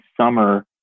summer